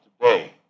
today